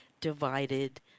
Divided